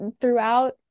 throughout